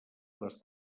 les